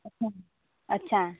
अच्छा अच्छा